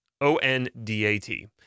O-N-D-A-T